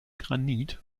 granit